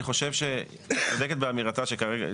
אני חושב שהיא צודקת באמירתה שכרגע,